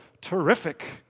terrific